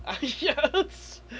Yes